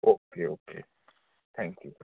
okay okay thank you